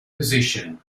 position